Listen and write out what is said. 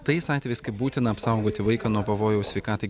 tais atvejais kai būtina apsaugoti vaiką nuo pavojaus sveikatai